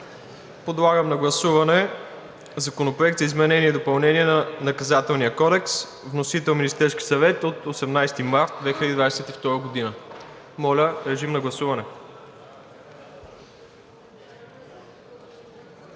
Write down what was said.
Подлагам на гласуване Законопроект за изменение и допълнение на Наказателния кодекс, вносител – Министерският съвет, на 18 март 2022 г. Моля, режим на гласуване.